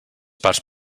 parts